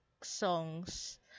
songs